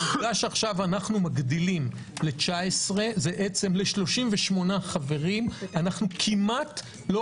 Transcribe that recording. העובדה שכעת אנו מגדילים ל-19 ל-38 חברים אנו כמעט לא